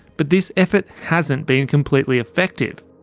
but this effort hasnt been completely effective.